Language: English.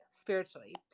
spiritually